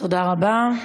תודה רבה.